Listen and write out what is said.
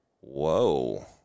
Whoa